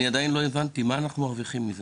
עדיין לא הבנתי, מה אנחנו מרווחים מזה